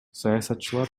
саясатчылар